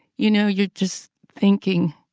you know you're just thinking,